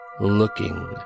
looking